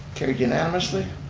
carried unanimously.